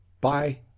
Bye